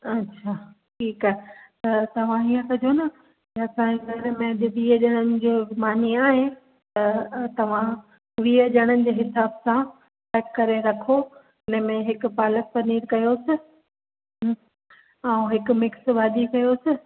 अछा ठीकु आहे त तव्हां हीअं कजो न असांजे घर में जे वीह ॼणनि जो मानी आहे त तव्हां वीह ॼणनि जे हिसाब सां पैक करे रखो में हुनमें हिकु पालक पनीर कयोसि ऐं हिकु मिक्स भाॼी कयोसि